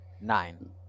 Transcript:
nine